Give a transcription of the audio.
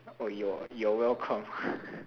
orh you're you're welcome